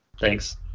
Thanks